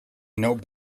note